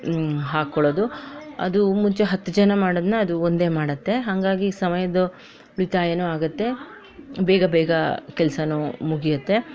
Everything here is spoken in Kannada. ಹಾಕ್ಕೊಳ್ಳೋದು ಅದು ಮುಂಚೆ ಹತ್ತು ಜನ ಮಾಡೋದನ್ನ ಅದು ಒಂದೇ ಮಾಡುತ್ತೆ ಹಾಗಾಗಿ ಸಮಯದ್ದು ಉಳಿತಾಯನೂ ಆಗುತ್ತೆ ಬೇಗ ಬೇಗ ಕೆಲಸನೂ ಮುಗಿಯುತ್ತೆ